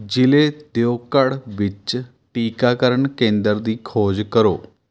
ਜ਼ਿਲ੍ਹੇ ਦਿਓਘੜ ਵਿੱਚ ਟੀਕਾਕਰਨ ਕੇਂਦਰ ਦੀ ਖੋਜ ਕਰੋ